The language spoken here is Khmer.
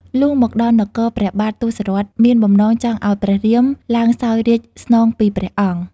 លុះមកដល់នគរព្រះបាទ ទសរថ មានបំណងចង់ឱ្យព្រះរាមឡើយសោយរាជ្យស្នងពីព្រះអង្គ។